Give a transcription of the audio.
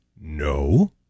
No